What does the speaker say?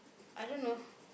I don't know